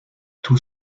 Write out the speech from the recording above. tout